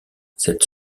cette